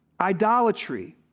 idolatry